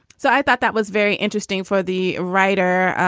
so i thought that was very interesting for the writer